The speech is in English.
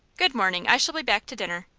good-morning! i shall be back to dinner.